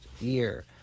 year